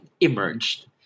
emerged